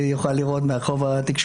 יוכל לראות --- התקשורת,